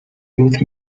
youth